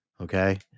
okay